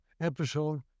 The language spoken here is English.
episode